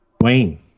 Wayne